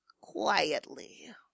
quietly